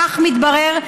כך מתברר,